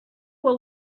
will